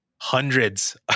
hundreds